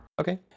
Okay